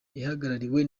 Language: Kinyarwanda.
ihagarariwe